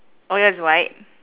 orh yours is white